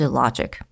logic